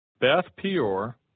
Beth-Peor